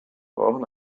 brauchen